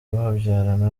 babyarana